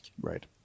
Right